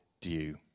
due